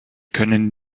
können